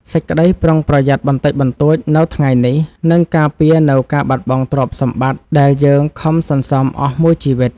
សេចក្តីប្រុងប្រយ័ត្នបន្តិចបន្តួចនៅថ្ងៃនេះនឹងការពារនូវការបាត់បង់ទ្រព្យសម្បត្តិដែលយើងខំសន្សំអស់មួយជីវិត។